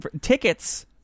tickets